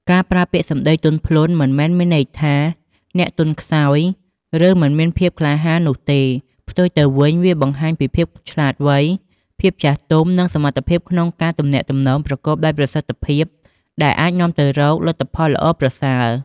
ការប្រើពាក្យសម្ដីទន់ភ្លន់ មិនមែនមានន័យថាអ្នកទន់ខ្សោយ ឬមិនមានភាពក្លាហាននោះទេ ផ្ទុយទៅវិញ វាបង្ហាញពីភាពឆ្លាតវៃ ភាពចាស់ទុំ និងសមត្ថភាពក្នុងការទំនាក់ទំនងប្រកបដោយប្រសិទ្ធភាព ដែលអាចនាំទៅរកលទ្ធផលល្អប្រសើរ។